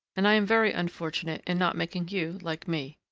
and i am very unfortunate in not making you like me.